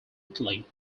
italy